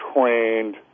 trained